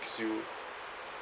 you